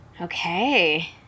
Okay